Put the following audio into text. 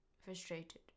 Frustrated